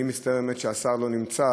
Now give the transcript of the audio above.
אני מצטער באמת שהשר לא נמצא,